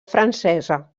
francesa